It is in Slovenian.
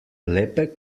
lepe